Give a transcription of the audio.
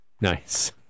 Nice